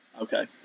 Okay